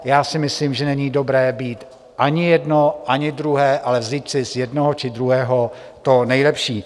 Já si myslím, že není dobré být ani jedno ani druhé, ale vzít si z jednoho či druhého to nejlepší.